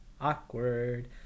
awkward